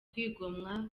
kwigomwa